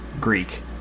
Greek